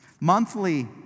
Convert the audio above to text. Monthly